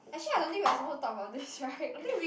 actually I don't think we are supposed to talk about this right